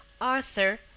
arthur